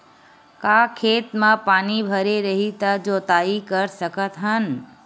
का खेत म पानी भरे रही त जोताई कर सकत हन?